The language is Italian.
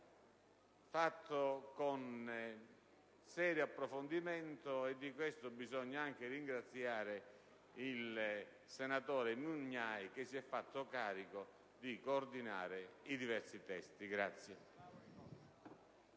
fatto con serio approfondimento. E di questo bisogna anche ringraziare il senatore Mugnai che si è fatto carico di coordinare i diversi testi.